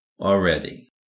already